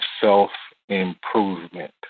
self-improvement